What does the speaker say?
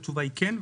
התשובה היא כן,